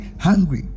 hungry